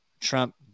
Trump